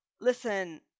listen